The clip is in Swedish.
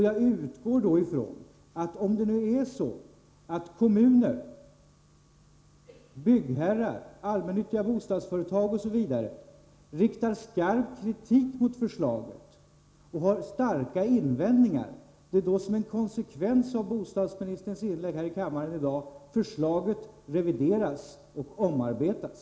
Jag utgår då ifrån att om kommuner, byggherrar, allmännyttiga bostadsföretag osv. riktar skarp kritik mot förslaget och har starka invändningar, förslaget då revideras och omarbetas.